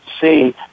see